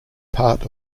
part